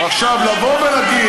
עכשיו, לבוא ולהגיד,